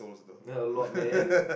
a lot man